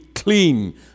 clean